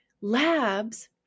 labs